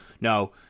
No